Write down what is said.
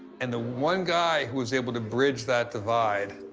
and the one guy who was able to bridge that divide,